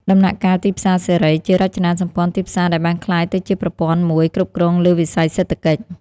ដំណាក់កាល "ទីផ្សារសេរី" ជារចនាសម្ព័ន្ធទីផ្សារដែលបានក្លាយទៅជាប្រព័ន្ធមួយគ្រប់គ្រងលើវិស័យសេដ្ឋកិច្ច។